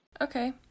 Okay